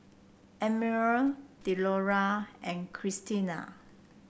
Emanuel Delora and Krystina